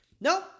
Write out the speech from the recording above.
No